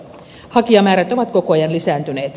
hakijamäärät ovat koko ajan lisääntyneet